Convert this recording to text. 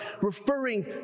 referring